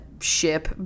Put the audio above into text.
ship